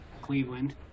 Cleveland